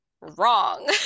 wrong